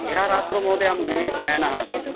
ह्यः रात्रौ महोदय अहं गृहे शयनः आसम्